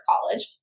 college